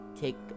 take